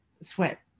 sweat